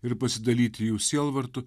ir pasidalyti jų sielvartu